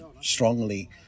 strongly